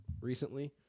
recently